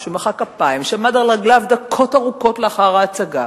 מחא כפיים ועמד על רגליו דקות ארוכות לאחר ההצגה.